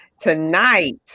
tonight